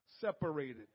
separated